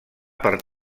per